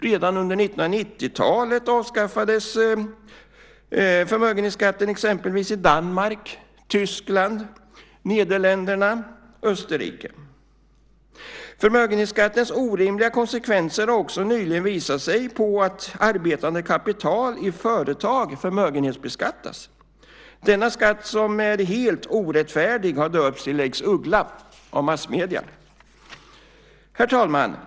Redan under 1990-talet avskaffades förmögenhetsskatten i exempelvis Danmark, Tyskland, Nederländerna och Österrike. Förmögenhetsskattens orimliga konsekvenser har också nyligen visat sig i att arbetande kapital i företag förmögenhetsbeskattas. Denna skatt, som är helt orättfärdig, har döpts till lex Uggla av massmedierna. Herr talman!